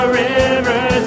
rivers